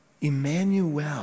Emmanuel